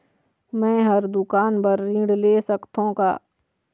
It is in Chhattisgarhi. मैं हर दुकान बर ऋण ले सकथों का?